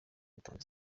gutanga